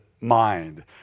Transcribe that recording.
mind